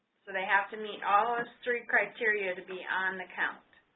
so they have to meet all of three criteria to be on the count.